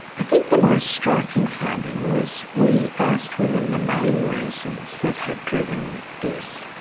i think the most striking finding was we asked women the main reasons that had driven this,